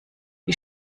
die